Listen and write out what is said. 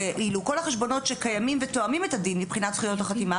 ואילו כל החשבונות שקיימים ותואמים את הדין מבחינת זכויות חתימה